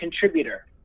contributor